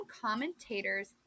commentators